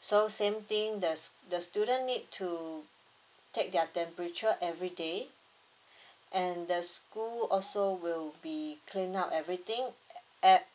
so same thing the the student need to take their temperature everyday and the school also will be clean up everything ev~